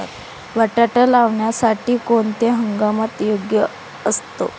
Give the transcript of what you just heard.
बटाटा लावण्यासाठी कोणता हंगाम योग्य असतो?